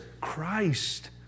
Christ